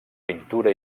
pintura